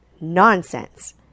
Nonsense